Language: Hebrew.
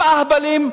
הם אהבלים,